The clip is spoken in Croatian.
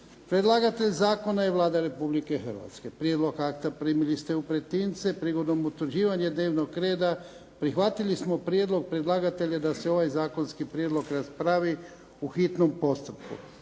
Predlagatelj zakona je Vlada Republike Hrvatske. Prijedlog akta primili ste u pretince. Prigodom utvrđivanja dnevnog reda prihvatili smo prijedlog predlagatelja da se ovaj zakonski prijedlog raspravi u hitnom postupku.